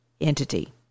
entity